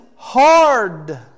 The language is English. hard